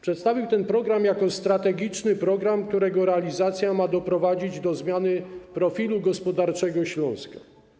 Przedstawił ten program jako strategiczny program, którego realizacja ma doprowadzić do zmiany profilu gospodarczego Śląska.